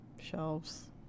shelves